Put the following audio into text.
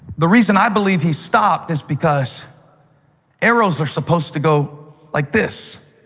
the reason i believe he stopped is because arrows are supposed to go like this.